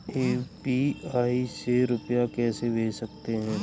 UPI से रुपया कैसे भेज सकते हैं?